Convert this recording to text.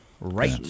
Right